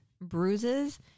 bruises